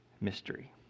mystery